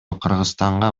кыргызстанга